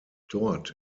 dort